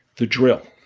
the drill.